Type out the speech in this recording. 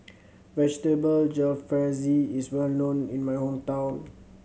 Vegetable Jalfrezi is well known in my hometown